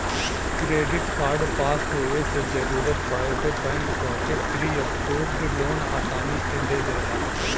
credit card पास होये से जरूरत पड़े पे बैंक तोहके प्री अप्रूव्ड लोन आसानी से दे देला